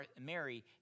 Mary